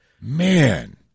Man